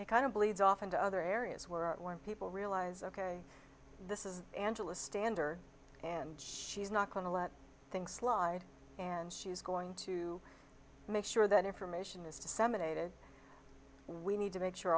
it kind of bleeds off into other areas were people realize ok this is angela stander and she's not going to let things slide and she's going to make sure that information is disseminated we need to make sure